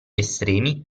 estremi